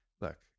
look